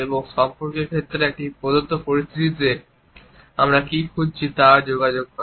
এবং সম্পর্কের ক্ষেত্রে একটি প্রদত্ত পরিস্থিতিতে আমরা কী খুঁজছি তাও যোগাযোগ করে